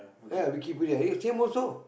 ya Wikipedia he same also